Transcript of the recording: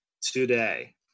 today